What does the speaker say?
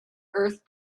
earth